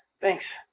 Thanks